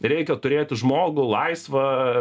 reikia turėti žmogų laisvą